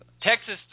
Texas